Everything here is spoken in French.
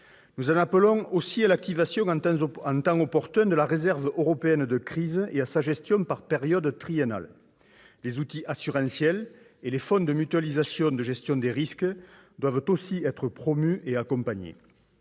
Nous en appelons aussi à l'activation en temps opportun de la réserve européenne de crise et à sa gestion par période triennale. Les outils assurantiels et les fonds de mutualisation de gestion des risques doivent également être promus et accompagnés.